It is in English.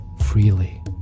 freely